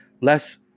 less